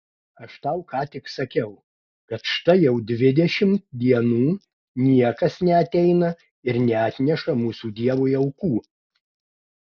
aš tau ką tik sakiau kad štai jau dvidešimt dienų niekas neateina ir neatneša mūsų dievui aukų